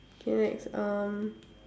okay next um